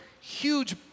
huge